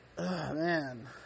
man